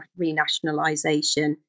renationalisation